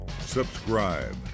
subscribe